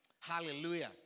Hallelujah